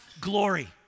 glory